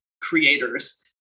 creators